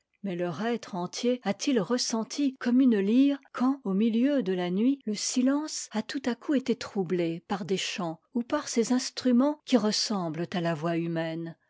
mais leur être entier a-t-il retenti comme une lyre quand au milieu de la nuit le silence a tout à coup été troublé par des chants ou par ces instruments qui ressemblent à la voix humaine